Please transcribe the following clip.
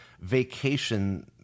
vacation